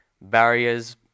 barriers